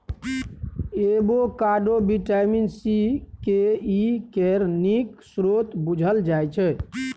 avocado vitamin C, K, E केर नीक स्रोत बुझल जाइ छै